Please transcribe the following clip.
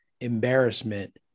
embarrassment